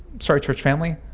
sorry, church family.